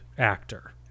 actor